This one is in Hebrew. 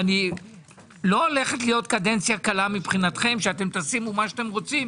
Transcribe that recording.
לא הולכת להיות קדנציה קלה מבחינתכם שתשימו מה שאתם רוצים,